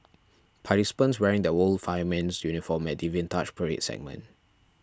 participants wearing the old fireman's uniform at the Vintage Parade segment